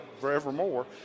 forevermore